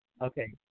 okay